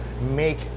make